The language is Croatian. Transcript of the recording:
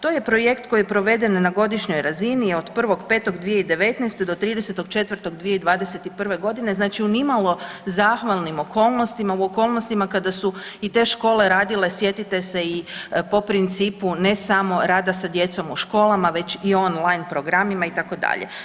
To je projekt koji je proveden na godišnjoj razini od 1.5.2019. do 30.4.2021.g. znači u nimalo zahvalnim okolnostima u okolnostima kada su i te škole radile, sjetite se i po principu ne samo rada sa djecom u školama već i online programima itd.